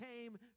came